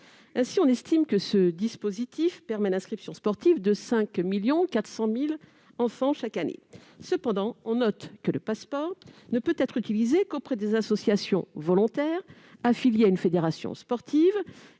On estime que ce dispositif permet l'inscription sportive de 5,4 millions d'enfants chaque année. Cependant, on note que le Pass'Sport ne peut être utilisé qu'auprès des associations volontaires affiliées à une fédération sportive